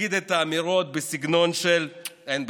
להגיד את האמירות בסגנון של "אין ברירה",